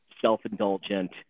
self-indulgent